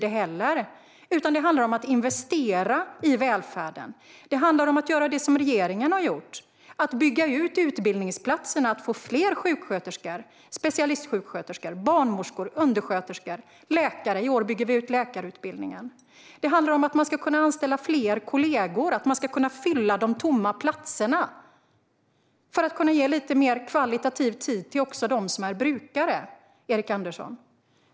I stället handlar det om att investera i välfärden och att göra det som regeringen har gjort: öka antalet utbildningsplatser och få fler sjuksköterskor, specialistsjuksköterskor, barnmorskor undersköterskor och läkare. I år bygger vi ut läkarutbildningen. Det handlar om att man ska kunna anställa fler kollegor och fylla de tomma platserna för att kunna ge mer högkvalitativ tid åt brukarna, Erik Andersson.